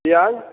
पिआज